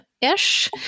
ish